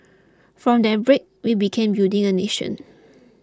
from that break we began building a nation